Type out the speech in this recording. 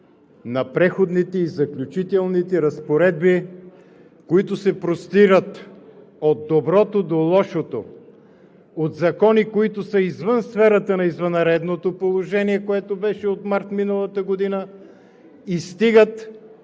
на Преходните и заключителните разпоредби, които се простират от доброто до лошото, от закони, които са извън сферата на извънредното положение от март миналата година, и стигат